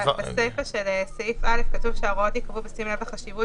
בסיפה של סעיף (א) כתוב ש"ההוראות יקבעו בשים לב לחשיבות